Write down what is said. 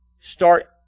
start